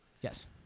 Yes